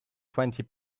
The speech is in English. twenty